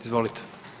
Izvolite.